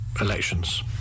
elections